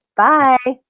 bye.